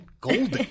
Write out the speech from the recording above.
golden